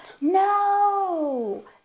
no